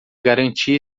garantia